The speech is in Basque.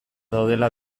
daudela